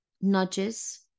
nudges